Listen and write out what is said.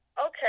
okay